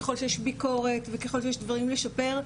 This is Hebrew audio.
ככל שיש ביקורת וככל שיש דברים לשפר.